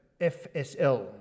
FSL